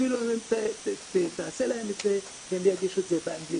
אפילו תעשה להם את זה, הם יגישו את זה באנגלית,